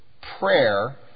prayer